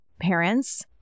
parents